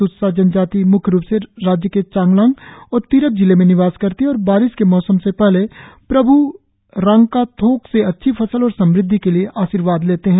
त्त्सा जनजाति म्ख्य रुप से राज्य के चांगलांग और तिरप जिले में निवास करती है और बारिश के मौसम से पहले प्रभ् रांगकाथोक से अच्छी फसल और समृद्धि के लिए आर्शीवाद लेते है